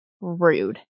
rude